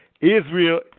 Israel